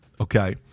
okay